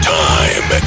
time